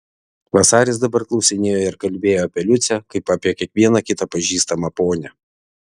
vasaris dabar klausinėjo ir kalbėjo apie liucę kaip apie kiekvieną kitą pažįstamą ponią